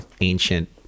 ancient